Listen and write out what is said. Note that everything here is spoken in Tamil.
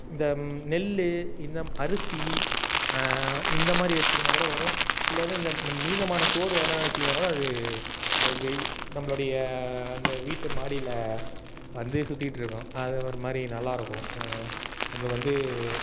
இந்த நெல்லு இந்த அரிசி இந்த மாதிரி வச்சீங்கன்னா கூட வரும் இல்லை வந்து இந்த மீதமான சோறு எதனா வச்சீங்கன்னா கூட அது வெவ் நம்மளுடைய அந்த வீட்டு மாடியில் வந்து சுற்றிட்டு இருக்கும் அது ஒரு மாதிரி நல்லாருக்கும் நம்மளுக்கு வந்து